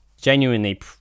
genuinely